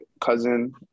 cousin